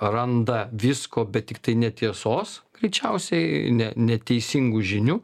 randa visko bet tiktai netiesos greičiausiai ne neteisingų žinių